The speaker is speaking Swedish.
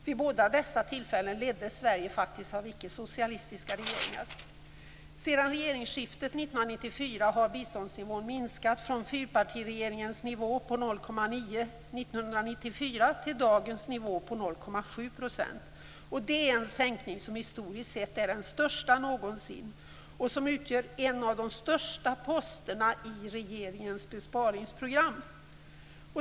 Vid båda dessa tillfällen leddes faktiskt Sverige av icke-socialistiska regeringar. Sedan regeringsskiftet 1994 har biståndsnivån minskat från fyrpartiregeringens nivå på 0,9 % 1994 till dagens nivå på 0,7 %. Det är en sänkning som historiskt sett är den största någonsin och som utgör en av de största posterna i regeringens besparingsprogram.